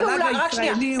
התל"ג הישראלי הוא 42,000 דולר.